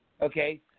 Okay